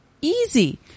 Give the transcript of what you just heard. easy